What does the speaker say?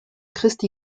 christi